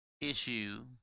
issue